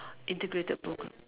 integrated program